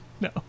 No